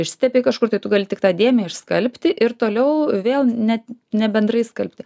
išsitepei kažkur tai tu gali tik tą dėmę išskalbti ir toliau vėl net ne bendrai skalbti